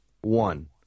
one